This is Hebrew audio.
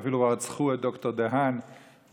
ואפילו רצחו את ד"ר דה האן בתרפ"ד,